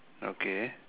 okay